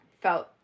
felt